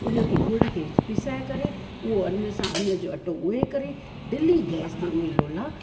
उन खे ॻुड़ खे पिसाए करे उहो अन सां अन जो अटो ॻोहे करे धिली गैस ते उहे लोला